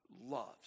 loves